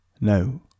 No